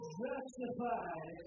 justified